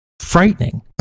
frightening